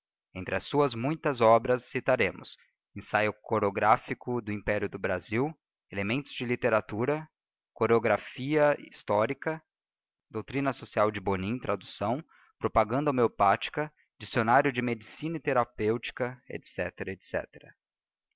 entre as suas muitas obras citaremos ensaio chorographico do império do brasil elementos de literatura chorographia histórica doutrina social de bonin traducção propaganda homeopathica diccionario de medicina e therapeutica